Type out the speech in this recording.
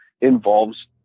involves